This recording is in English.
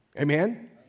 Amen